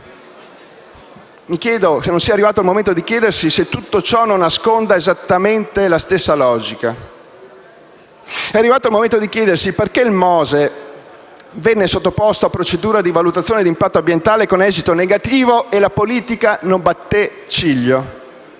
di euro, che non sono ancora sufficienti per concluderla - non nasconda esattamente la stessa logica. È arrivato il momento di chiedersi perché il MOSE venne sottoposto a procedura di valutazione d'impatto ambientale con esito negativo e la politica non batté ciglio